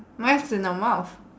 melts in the mouth